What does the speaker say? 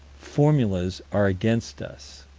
formulas are against us.